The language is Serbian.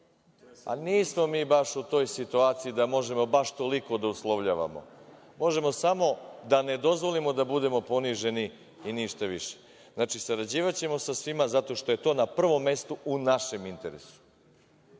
Nismo baš mi u toj situaciji da možemo baš toliko da uslovljavamo. Možemo samo da ne dozvolimo da budemo poniženi i ništa više. Znači, sarađivaćemo sa svima zato što je to na prvom mestu, u našem interesu.